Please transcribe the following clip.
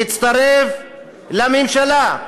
להצטרף לממשלה.